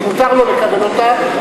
שמותר לו לקבל אותה,